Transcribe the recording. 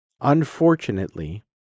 unfortunately